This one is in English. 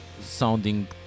sounding